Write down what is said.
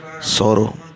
sorrow